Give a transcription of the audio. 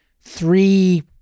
three